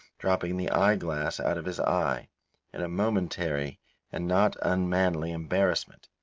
dropping the eye-glass out of his eye in a momentary and not unmanly embarrassment.